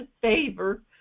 favor